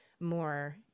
more